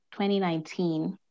2019